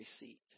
receipt